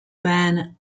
ban